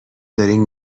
دارین